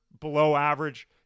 below-average